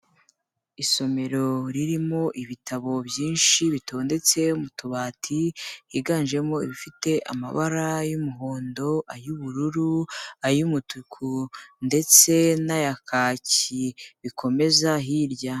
Isomero ririmo ibitabo byinshi bitondetse mu tubati, higanjemo ibifite amabara y'umuhondo, ay'ubururu, ay'umutuku ndetse n'aya kaki bikomeza hirya.